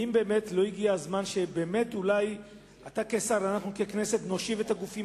האם באמת לא הגיע הזמן שאתה כשר ואנחנו ככנסת נושיב את הגופים